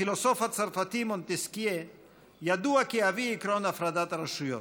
הפילוסוף הצרפתי מונטסקיה ידוע כאבי עקרון הפרדת הרשויות,